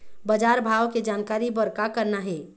बजार भाव के जानकारी बर का करना हे?